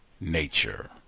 nature